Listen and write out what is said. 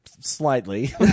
Slightly